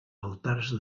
altars